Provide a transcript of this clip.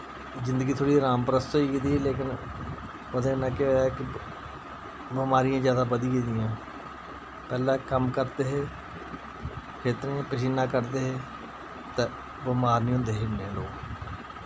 जिंदगी थोह्ड़ी अरामपरस्त होई गेदी ऐ लेकिन ओह्दे कन्नै केह् होया कि बमारियां जैदा बधी गेदियां पैह्ले कम्म करदे हे खेत्तरें परसीन्ना कढ्डदे हे तै बमार निं होंदे हे इ'न्ना लोक